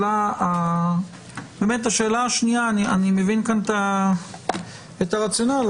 אני מבין כאן את הרציונל.